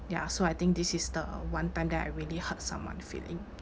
ya so I think this is the one time that I really hurt someone feeling